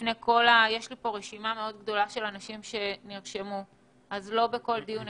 בפני הרשימה הארוכה של האורחים שלא דיברו,